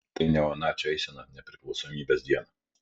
tai neonacių eisena nepriklausomybės dieną